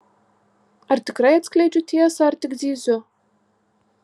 ar tikrai atskleidžiu tiesą ar tik zyziu